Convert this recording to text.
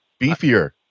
beefier